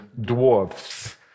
dwarfs